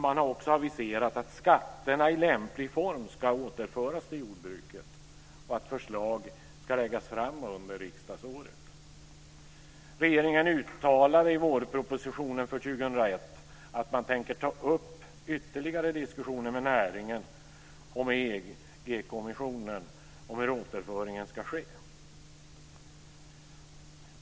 Man har också aviserat att skatterna i lämplig form ska återföras till jordbruket och att förslag ska läggas fram under riksdagsåret. att man tänker ta upp ytterligare diskussioner med näringen och EU-kommissionen om hur återföringen ska ske.